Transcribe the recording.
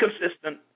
consistent